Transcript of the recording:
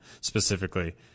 specifically